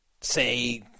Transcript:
say